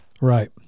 Right